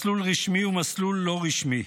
מסלול רשמי ומסלול לא רשמי.